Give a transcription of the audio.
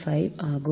39375 ஆகும்